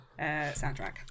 soundtrack